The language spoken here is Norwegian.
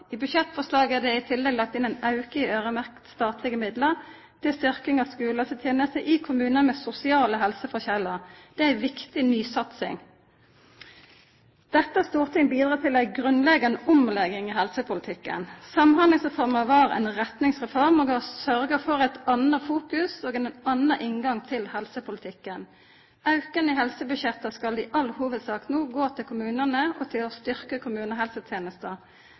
I budsjettforslaget er det i tillegg lagt inn ein auke i øyremerkte statlege midlar til styrking av skulehelsetenesta i kommunar med sosiale helseforskjellar. Det er ei viktig nysatsing. Dette storting bidreg til ei grunnleggjande omlegging i helsepolitikken. Samhandlingsreforma var ei retningsreform og har sørgja for eit anna fokus og ein annan inngang til helsepolitikken. Auken i helsebudsjetta skal i all hovudsak no gå til kommunane og til å